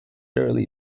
early